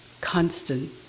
constant